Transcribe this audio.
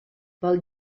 pel